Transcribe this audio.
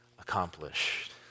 accomplished